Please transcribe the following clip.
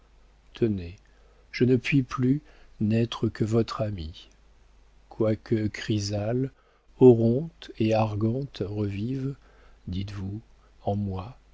tenez je ne puis plus n'être que votre ami quoique chrysale oronte et argante revivent dites-vous en moi